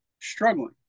struggling